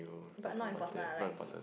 but not important are like